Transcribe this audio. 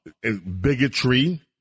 bigotry